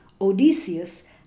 Odysseus